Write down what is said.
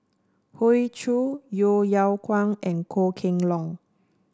Hoey Choo Yeo Yeow Kwang and Goh Kheng Long